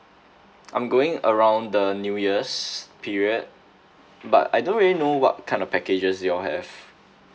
I'm going around the new year's period but I don't really know what kind of packages do you all have